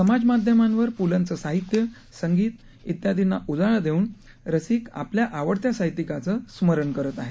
समाजमाध्यमांवर पुलंचं साहित्य संगीत ठेयादींना उजाळा देऊन रसिक आवडत्या साहित्यिकाचं रुमरण करत आहेत